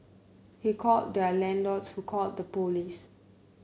he called their landlord who called the police